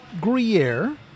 Gruyere